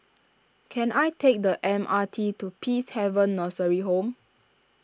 can I take the M R T to Peacehaven Nursery Home